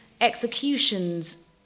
executions